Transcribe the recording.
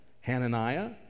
Hananiah